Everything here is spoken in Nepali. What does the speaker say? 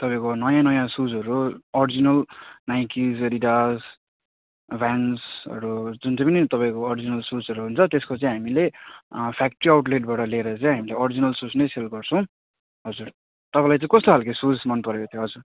तपाईँको नयाँ नयाँ सुजहरू ओरिजिनल नाइकी एडिडास भ्यान्सहरू जुन चाहिँ पनि तपाईँको ओरिजिनल सुजहरू हुन्छ त्यसको चाहिँ हामीले फ्याक्ट्री आउटलेटबाट ल्याएर चाहिँ हामीले ओरिजिनल सुज नै सेल गर्छौँ हजुर तपाईँलाई चाहिँ कस्तो खाल्के सुज मन परेको थियो हजुर